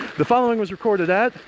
the following was recorded at.